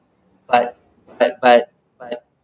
but but but but